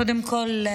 קודם כול,